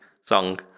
song